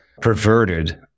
perverted